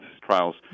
trials